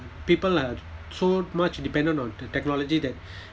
people are so much dependent on technology that